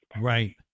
Right